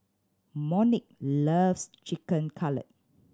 Monique loves Chicken Cutlet